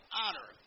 honor